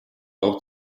auch